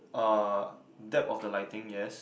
uh depth of the lighting yes